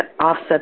offset